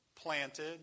planted